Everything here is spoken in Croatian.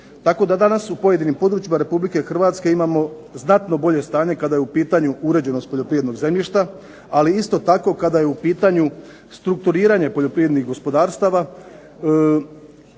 tako da danas u pojedinim područjima Republike Hrvatske imamo znatno bolje stanje kada je u pitanju uređenost poljoprivrednog zemljišta, ali isto tako kada je u pitanju strukturiranje poljoprivrednih gospodarstava